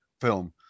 film